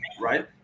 Right